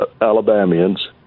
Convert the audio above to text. Alabamians